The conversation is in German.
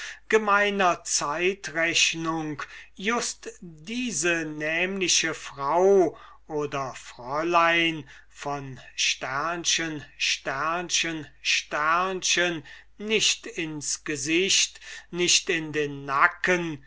gemeiner zeitrechnung just diese nämliche frau oder fräulein von nicht ins gesicht nicht in den nacken